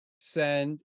send